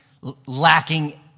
lacking